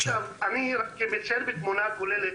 אני אציין את התמונה הכוללת,